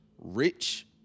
rich